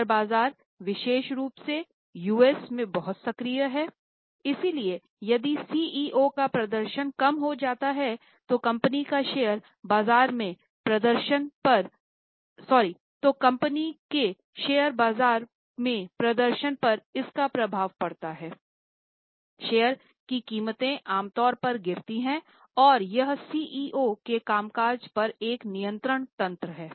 share बाजार विशेष रूप से यूएस में बहुत सक्रिय हैं इसलिए यदि CEO का प्रदर्शन कम हो जाता है तो कंपनी का शेयर बाजार के प्रदर्शन पर इसका प्रभाव पड़ता है शेयर की कीमतें आमतौर पर गिरती हैं और यह सीईओ के कामकाज पर एक नियंत्रण तंत्र है